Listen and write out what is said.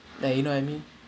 like you know I mean